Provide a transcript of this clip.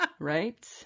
Right